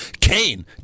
Kane